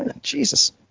Jesus